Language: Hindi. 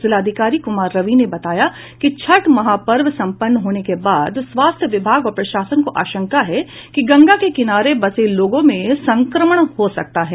जिलाधिकारी कुमार रवि ने बताया कि छठ महापर्व संपन्न होने के बाद स्वास्थ्य विभाग और प्रशासन को आशंका है कि गंगा के किनारे बसे लोगों में संक्रमण हो सकता है